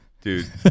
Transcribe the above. Dude